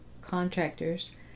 contractors